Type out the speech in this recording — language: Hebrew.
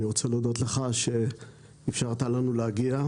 אני רוצה להודות לך שאפשרת לנו להגיע,